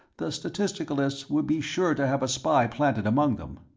the statisticalists would be sure to have a spy planted among them.